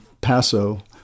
Paso